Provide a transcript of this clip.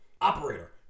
Operator